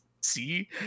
see